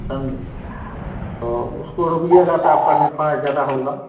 समझे तो उसको रोप दिया जाता है आपका नफा जादा होगा